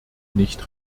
nicht